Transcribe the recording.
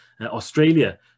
Australia